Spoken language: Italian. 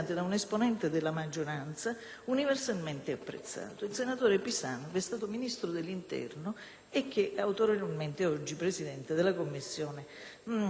e che autorevolmente oggi è Presidente della Commissione antimafia. Se non erro nell'anno 2002 Pisanu così recitava: